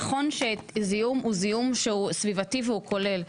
נכון שזיהום הוא זיהום שהוא סביבתי והוא כולל,